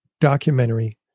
documentary